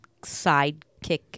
sidekick